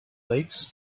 lakes